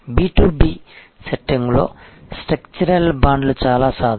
B2B సెట్టింగ్లో structural బాండ్లు చాలా సాధారణం